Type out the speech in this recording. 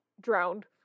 drowned